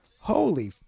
Holy